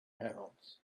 pounds